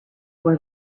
were